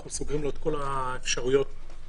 אנחנו סוגרים לו את כל האפשרויות להתקדם.